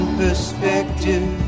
perspective